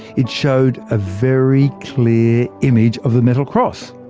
it showed a very clear image of the metal cross.